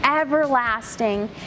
everlasting